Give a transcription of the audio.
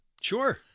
Sure